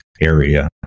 area